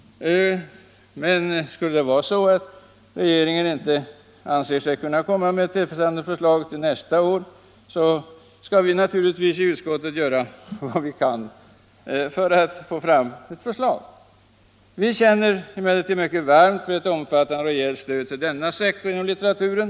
Men skulle det vara så att regeringen inte anser sig kunna komma med tillfredsställande förslag till nästa år, skall vi naturligtvis i utskottet göra vad vi kan för att få fram ett förslag. Vi känner emellertid mycket varmt för ett omfattande och rejält stöd till denna sektor av litteraturen.